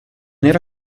era